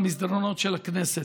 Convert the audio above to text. במסדרונות הכנסת,